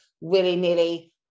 willy-nilly